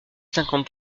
cinquante